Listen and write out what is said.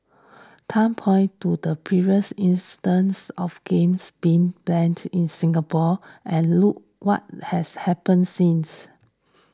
Tan pointed to previous instances of games being banned in Singapore and look what has happened since